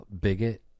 bigot